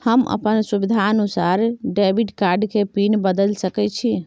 हम अपन सुविधानुसार डेबिट कार्ड के पिन बदल सके छि?